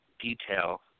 detail